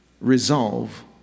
resolve